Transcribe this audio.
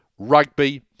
Rugby